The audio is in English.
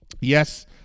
Yes